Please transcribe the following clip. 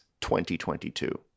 2022